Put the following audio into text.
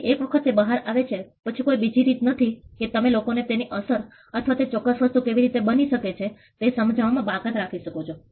તેથી એક વખત તે બહાર આવે છે પછી કોઈ બીજી રીત નથી કે તમે લોકોને તેની અસર અથવા તે ચોક્કસ વસ્તુ કેવી રોતે બની છે જે સમજવામાં બાકાત રાખી શકો છો